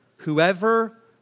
Whoever